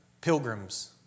pilgrims